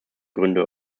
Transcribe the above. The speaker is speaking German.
gründe